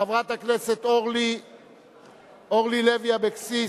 חברת הכנסת אורלי לוי אבקסיס,